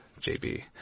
JB